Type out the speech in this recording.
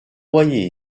voyez